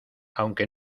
aunque